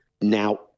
Now